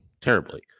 terribly